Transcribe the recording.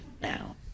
Now